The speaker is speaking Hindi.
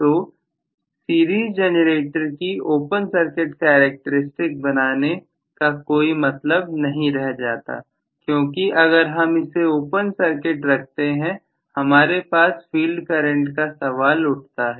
तो सीरियस जनरेटर की ओपन सर्किट कैरेक्टर स्टिक बनाने का कोई मतलब नहीं रह जाता क्योंकि अगर हम इसे ओपन सर्किट रखते हैं हमारे पास फील्ड करंट का सवाल उठता है